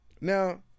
Now